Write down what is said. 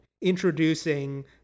introducing